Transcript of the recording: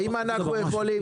האם אנחנו יכולים